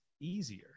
easier